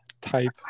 type